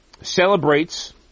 celebrates